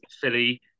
Philly